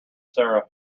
sarah